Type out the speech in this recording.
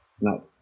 no